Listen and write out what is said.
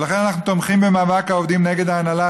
ולכן אנחנו תומכים במאבק העובדים נגד ההנהלה,